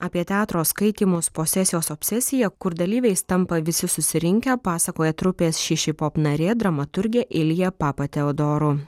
apie teatro skaitymus posesijos obsesija kur dalyviais tampa visi susirinkę pasakoja trupės šišipop narė dramaturgė ilja papateodoru